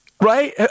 Right